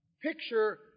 picture